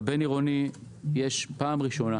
בבין-עירוני יש בפעם ראשונה